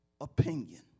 opinion